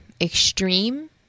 extreme